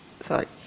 sorry